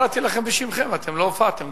חברי כנסת שלא יימצאו, לא אאפשר להם לדבר.